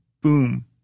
Boom